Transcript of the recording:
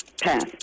Pass